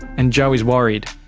and joe is worried.